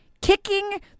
kicking